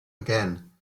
again